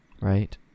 right